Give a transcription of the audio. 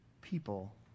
people